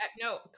no